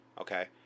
Okay